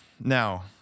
now